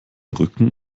rücken